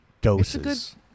doses